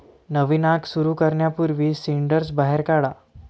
नवीन आग सुरू करण्यापूर्वी सिंडर्स बाहेर काढा